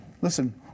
Listen